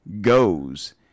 goes